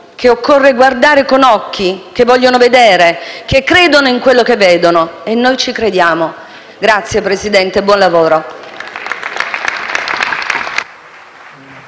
che occorre guardare con occhi che vogliono vedere e che credono in quello che vedono. E noi ci crediamo. Grazie, signor Presidente, e buon lavoro.